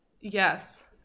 yes